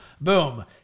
Boom